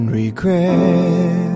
regret